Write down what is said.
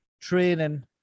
training